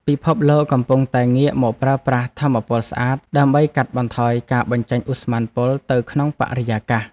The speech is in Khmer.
ពិភពលោកកំពុងតែងាកមកប្រើប្រាស់ថាមពលស្អាត ដើម្បីកាត់បន្ថយការបញ្ចេញឧស្ម័នពុលទៅក្នុងបរិយាកាស។